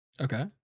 Okay